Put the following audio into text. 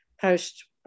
post